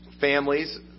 families